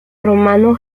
romano